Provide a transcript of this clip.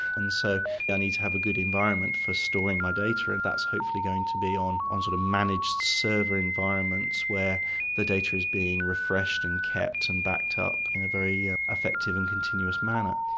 and so i yeah need to have a good environment for storying my data and that's hopefully going to be on on sort of managed server environments where the data is being refreshed and kept and backed up in a very yeah effective and continuous manner.